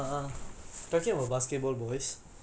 ya I was a bodoh yes